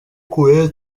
kure